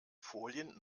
folien